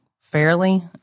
fairly